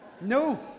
No